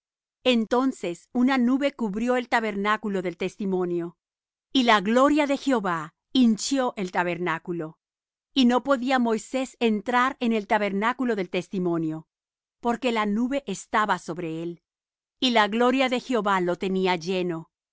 entonces una nube cubrió el tabernáculo del testimonio y la gloria de jehová hinchió el tabernáculo y no podía moisés entrar en el tabernáculo del testimonio porque la nube estaba sobre él y la gloria de jehová lo tenía lleno